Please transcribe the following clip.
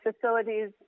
facilities